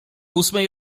ósmej